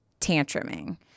tantruming